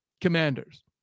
Commanders